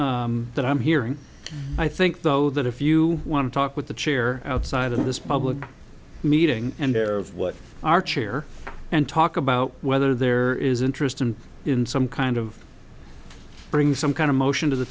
that i'm hearing i think though that if you want to talk with the chair outside of this public meeting and there are cheer and talk about whether there is interest and in some kind of bring some kind of motion to the